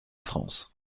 france